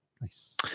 Nice